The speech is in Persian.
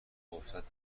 فرصت